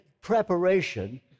preparation